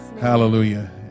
Hallelujah